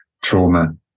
trauma